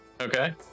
Okay